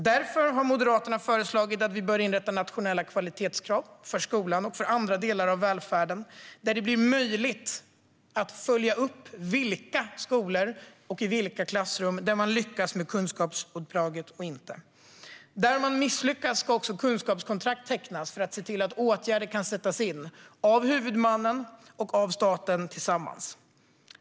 Därför har Moderaterna föreslagit att vi ska inrätta nationella kvalitetskrav för skolan och andra delar av välfärden så att det blir möjligt att följa upp i vilka skolor och vilka klassrum man lyckas med kunskapsuppdraget och i vilka man inte gör det. Där man misslyckas ska kunskapskontrakt tecknas så att åtgärder kan sättas in av huvudmannen och staten tillsammans.